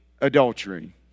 adultery